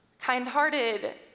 kind-hearted